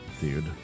dude